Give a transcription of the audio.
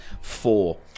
Four